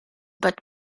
but